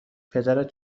پدرت